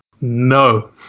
No